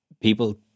people